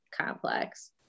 complex